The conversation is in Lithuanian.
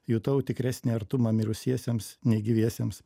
jutau tikresnį artumą mirusiesiems nei gyviesiems